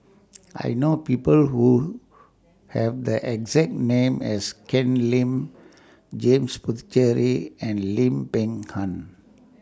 I know People Who Have The exact name as Ken Lim James Puthucheary and Lim Peng Han